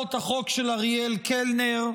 מהצעות החוק של אריאל קלנר.